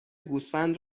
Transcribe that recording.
گوسفند